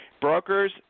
brokers